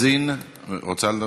אני חוקקתי חוק נגד ירי